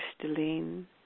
crystalline